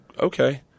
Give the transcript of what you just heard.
okay